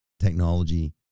technology